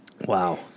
Wow